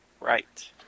Right